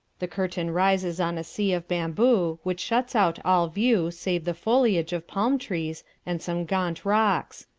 the curtain rises on a sea of bamboo, which shuts out all view save the foliage of palm trees and some gaunt rocks.